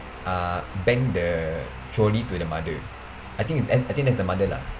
uh bang the trolley to the mother I think it's an I think that's the mother lah